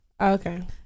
Okay